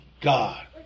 God